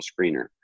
screener